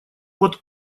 вот